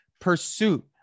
pursuit